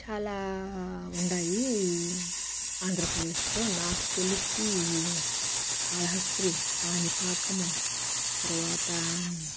చాలా ఉన్నాయి ఆంధ్రప్రదేశ్లో నాకు తెలిసీ కాళహస్తి కాణిపాకము తర్వాతా